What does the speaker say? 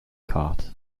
cart